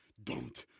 don't,